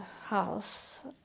house